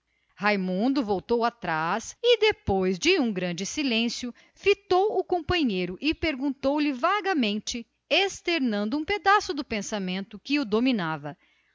raimundo voltou atrás e depois de um grande silêncio fitou manuel e perguntou-lhe externando um retalho do pensamento que o dominava